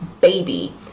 Baby